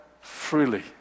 freely